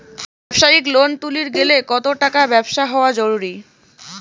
ব্যবসায়িক লোন তুলির গেলে কতো টাকার ব্যবসা হওয়া জরুরি?